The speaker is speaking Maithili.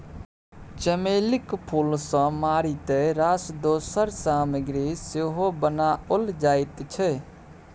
चमेलीक फूल सँ मारिते रास दोसर सामग्री सेहो बनाओल जाइत छै